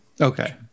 Okay